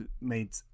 made